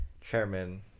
chairman